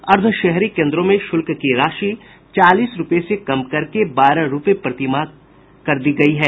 अर्द्वशहरी केंद्रों में शुल्क की राशि चालीस रुपये से कम करके बारह रुपये प्रतिमाह की जायेगी